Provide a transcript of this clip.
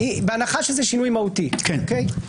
בהנחה שזה שינוי מהותי, אוקיי?